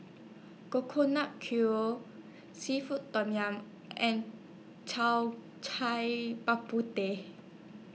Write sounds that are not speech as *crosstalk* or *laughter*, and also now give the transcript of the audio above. Coconut Kuih Seafood Tom Yum and *unintelligible* Cai Bak *unintelligible* Teh